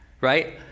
right